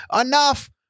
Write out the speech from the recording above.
enough